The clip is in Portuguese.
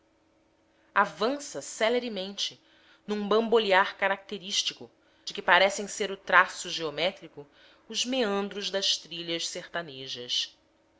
avança celeremente num bambolear característico de que parecem ser o traço geométrico os meandros das trilhas sertanejas